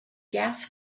gas